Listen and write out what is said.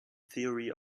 theory